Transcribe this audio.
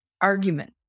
argument